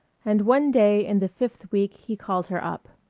and one day in the fifth week he called her up.